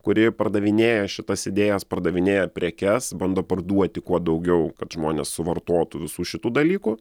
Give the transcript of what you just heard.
kuri pardavinėja šitas idėjas pardavinėja prekes bando parduoti kuo daugiau kad žmonės suvartotų visų šitų dalykų